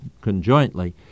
conjointly